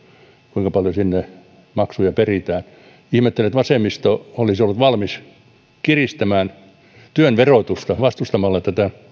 kuinka paljon sinne maksuja peritään ihmettelen että vasemmisto olisi ollut valmis kiristämään työn verotusta vastustamalla